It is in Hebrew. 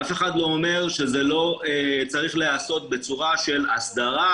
אף אחד לא אומר שזה לא צריך להיעשות בצורה של אסדרה,